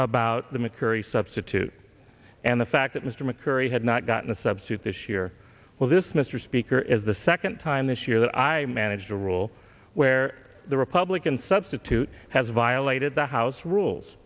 about the mccurry substitute and the fact that mr mccurry had not gotten a substitute this year well this mr speaker is the second time this year that i managed a rule where the republican substitute has violated the house rules